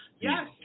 Yes